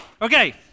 Okay